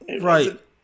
Right